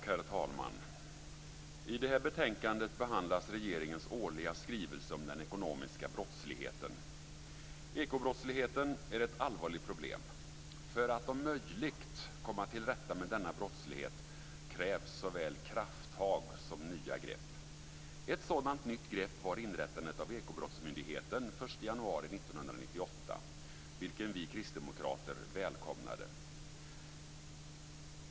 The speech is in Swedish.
Herr talman! I det här betänkandet behandlas regeringens årliga skrivelse om den ekonomiska brottsligheten. Ekobrottsligheten är ett allvarligt problem. För att om möjligt komma till rätta med denna brottslighet krävs såväl krafttag som nya grepp. Ett sådant nytt grepp var inrättandet av Ekobrottsmyndigheten den 1 januari 1998, vilken vi kristdemokrater välkomnade.